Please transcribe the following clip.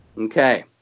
Okay